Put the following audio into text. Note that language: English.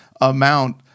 amount